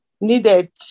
needed